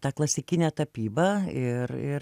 tą klasikinę tapybą ir ir